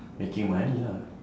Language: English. making money lah